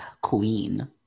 queen